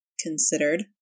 considered